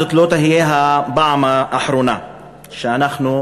זאת לא תהיה הפעם האחרונה שאנחנו,